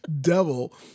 devil